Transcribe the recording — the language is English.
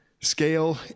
Scale